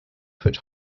put